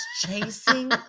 chasing